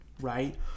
right